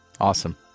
Awesome